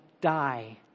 Die